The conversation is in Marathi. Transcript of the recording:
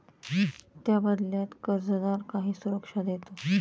त्या बदल्यात कर्जदार काही सुरक्षा देतो